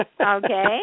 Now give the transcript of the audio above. Okay